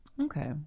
okay